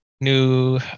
new